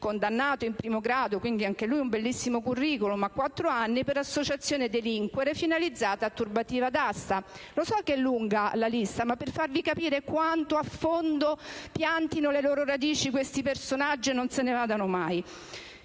condannato in primo grado (anche lui un bellissimo *curriculum*) a 4 anni per associazione a delinquere finalizzata alla turbativa d'asta. Lo so che l'elenco è lungo ma voglio farvi capire quanto a fondo piantino le loro radici questi personaggi e non se ne vadano mai.